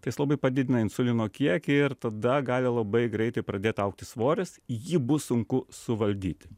tai jis labai padidina insulino kiekį ir tada gali labai greitai pradėt augti svoris jį bus sunku suvaldyti